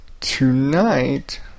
tonight